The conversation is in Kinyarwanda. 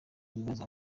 ibibazo